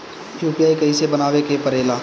UPI कइसे बनावे के परेला?